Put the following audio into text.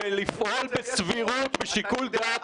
ולפעול בסבירות, בשיקול דעת.